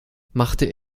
machte